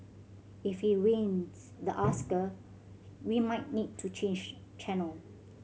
if he wins the Oscar we might need to change channel